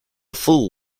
fool